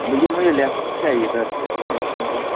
भैया मैं लैपटॉप चाहिए था एच पी का